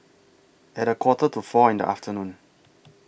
At A Quarter to four in The afternoon